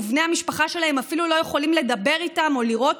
ובני המשפחה שלהם אפילו לא יכולים לדבר איתם או לראות